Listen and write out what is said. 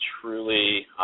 truly